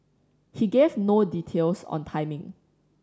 he gave no details on timing